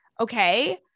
Okay